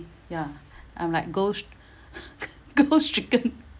ya I'm like gold s~ gold stricken